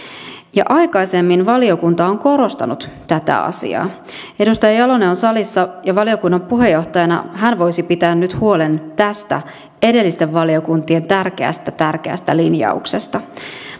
aikaisemmin valiokunta on korostanut tätä asiaa edustaja jalonen on salissa ja valiokunnan puheenjohtajana hän voisi pitää nyt huolen tästä edellisten valiokuntien tärkeästä tärkeästä linjauksesta